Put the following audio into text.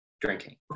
drinking